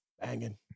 Banging